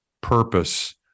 purpose